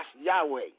Yahweh